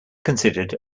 considered